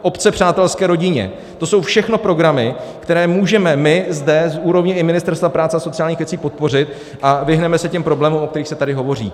Obce přátelské rodině, to jsou všechno programy, které můžeme my zde z úrovně i Ministerstva práce a sociálních věcí podpořit, a vyhneme se těm problémům, o kterých se tady hovoří.